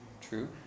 True